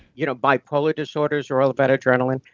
you know bipolar disorders are all about adrenaline,